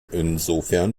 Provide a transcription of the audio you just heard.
insofern